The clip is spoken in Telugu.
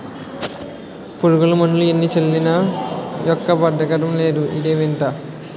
పురుగుమందులు ఎన్ని చల్లినా మొక్క బదకడమే లేదు ఇదేం వింత?